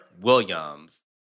Williams